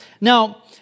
Now